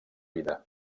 vida